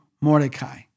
Mordecai